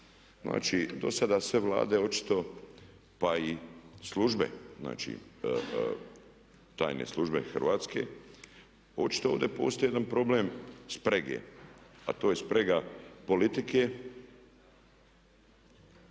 Znači, dosada sve vlade očito pa i službe znači tajne službe Hrvatske očito ovdje postoji jedan problem sprege, a to je sprega politike